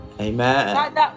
Amen